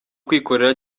kwikorera